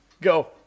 go